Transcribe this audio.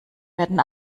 werden